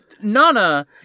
Nana